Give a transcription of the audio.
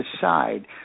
decide